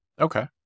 Okay